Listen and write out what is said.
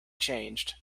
changed